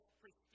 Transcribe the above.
prestige